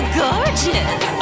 gorgeous